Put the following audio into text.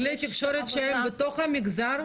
בכלי תקשורת שהם בתוך המגזר?